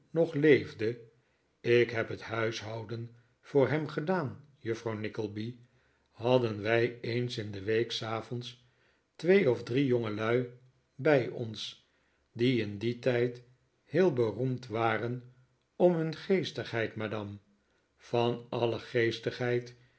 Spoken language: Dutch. nog leefde ik heb het huishouden voor hem gedaan juffrouw nickleby hadden wij eens in de week s avonds twee of drie jongelui bij ons die in dien tijd heel be roemd waren om hun geestigheid madame van alle